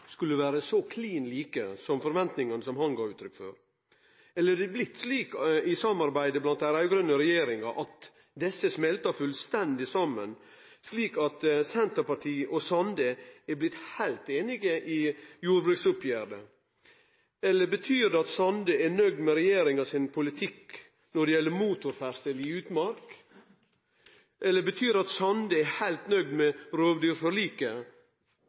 skulle vere så klin like som forventningane som han gav uttrykk for? Eller er det blitt slik i samarbeidet i den raud-grøne regjeringa, at desse smeltar fullstendig saman, slik at Senterpartiet og Sande er blitt heilt einige i jordbruksoppgjeret? Eller betyr det at Sande er nøgd med regjeringa sin politikk når det gjeld motorferdsel i utmark? Eller betyr det at Sande er heilt nøgd med rovdyrforliket?